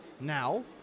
now